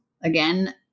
again